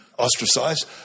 ostracized